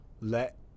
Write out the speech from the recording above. let